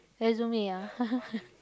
resume ah